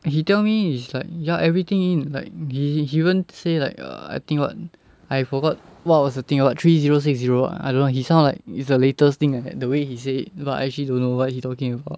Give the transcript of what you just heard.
and he tell me it's like ya everything in like he he even say like err I think what I forgot what was the thing about three zero six zero I don't know ah he sound like it's the latest thing like that the way he said but I actually don't know what he talking about